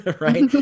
right